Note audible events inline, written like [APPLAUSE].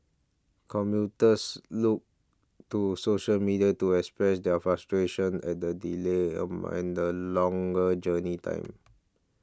commuters look to social media to express their frustration at the delays [HESITATION] and a longer journey time